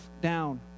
down